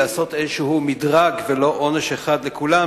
לעשות איזשהו מדרג ולא עונש אחד לכולם,